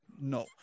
No